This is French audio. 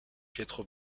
pietro